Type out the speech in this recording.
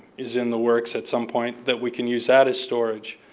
is in the works at some point, that we can use that as storage.